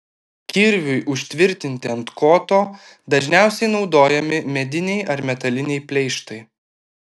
kirviui užtvirtinti ant koto dažniausiai naudojami mediniai ar metaliniai pleištai